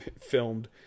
filmed